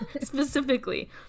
Specifically